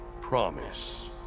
promise